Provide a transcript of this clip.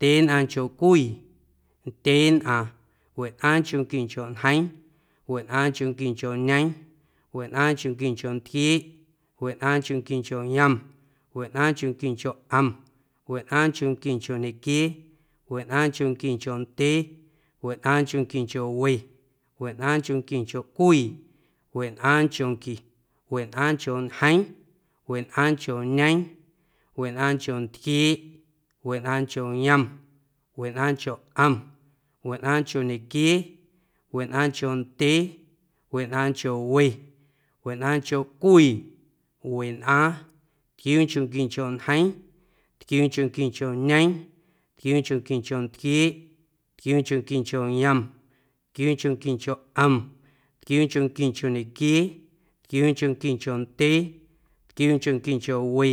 Ndyeenꞌaaⁿncho cwii, ndyeenꞌaaⁿ, wenꞌaaⁿnchonquincho ñjeeⁿ, wenꞌaaⁿnchonquincho ñeeⁿ, wenꞌaaⁿnchonquincho ntquieeꞌ, wenꞌaaⁿnchonquincho yom, wenꞌaaⁿnchonquincho ꞌom, wenꞌaaⁿnchonquincho ñequiee, wenꞌaaⁿnchonquincho ndyee, wenꞌaaⁿnchonquincho we, wenꞌaaⁿnchonquincho cwii, wenꞌaaⁿnchonqui, wenꞌaaⁿncho ñjeeⁿ, wenꞌaaⁿncho ñeeⁿ, wenꞌaaⁿncho ntquieeꞌ, wenꞌaaⁿncho yom, wenꞌaaⁿncho ꞌom, wenꞌaaⁿncho ñequiee, wenꞌaaⁿncho ndyee, wenꞌaaⁿncho we, wenꞌaaⁿncho cwii, wenꞌaaⁿ, ntquiuunchonquincho ñjeeⁿ, ntquiuunchonquincho ñeeⁿ, ntquiuunchonquincho ntquieeꞌ, ntquiuunchonquincho yom, ntquiuunchonquincho ꞌom, ntquiuunchonquincho ñequiee, ntquiuunchonquincho ndyee, ntquiuunchonquincho we,